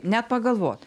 net pagalvot